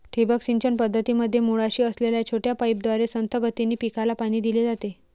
ठिबक सिंचन पद्धतीमध्ये मुळाशी असलेल्या छोट्या पाईपद्वारे संथ गतीने पिकाला पाणी दिले जाते